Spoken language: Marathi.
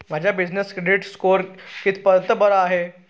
माझा बिजनेस क्रेडिट स्कोअर कितपत बरा आहे?